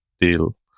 deal